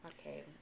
Okay